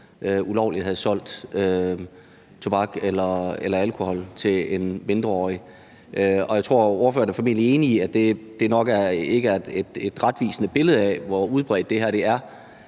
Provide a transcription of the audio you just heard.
ulovligt havde solgt tobak eller alkohol til en mindreårig. Jeg tror, at ordføreren formentlig er enig i, at det nok ikke er et retvisende billede af, hvor udbredt det her er.